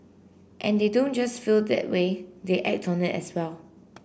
and they don't just feel that way they act on it as well